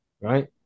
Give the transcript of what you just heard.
right